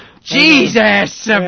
Jesus